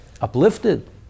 uplifted